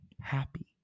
happy